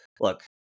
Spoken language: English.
look